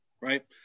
right